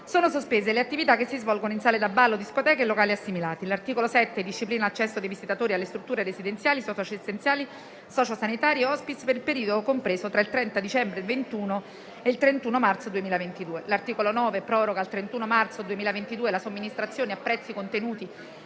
sono sospese le attività che si svolgono in sale da ballo, discoteche e locali assimilati. L'articolo 7 disciplina l'accesso dei visitatori alle strutture residenziali socio-assistenziali, socio-sanitarie e *hospice* per il periodo compreso tra il 30 dicembre 2021 e il 31 marzo 2022. L'articolo 9 proroga al 31 marzo 2022 la somministrazione a prezzi contenuti